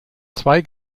zwei